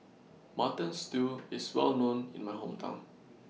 Mutton Stew IS Well known in My Hometown